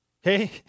Hey